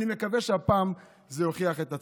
אני מקווה שהפעם זה יוכיח את עצמו.